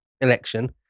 election